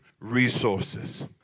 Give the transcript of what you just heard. resources